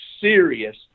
serious